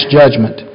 judgment